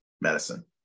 medicine